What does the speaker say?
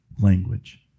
language